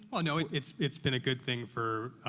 well, no, it's it's been a good thing for